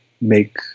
make